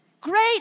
great